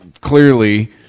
clearly